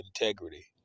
integrity